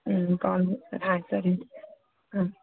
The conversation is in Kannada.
ಹ್ಞೂ ಕಾಲ್ ಹಾಂ ಸರಿ ರೀ ಹಾಂ